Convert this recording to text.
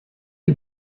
you